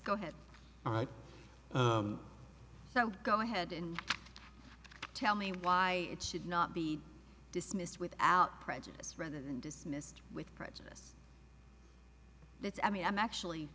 go ahead all right so go ahead and tell me why it should not be dismissed without prejudice rather than dismissed with prejudice that's i mean i'm actually